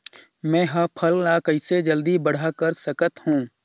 मैं ह फल ला कइसे जल्दी बड़ा कर सकत हव?